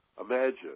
Imagine